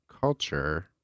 culture